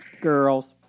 Girls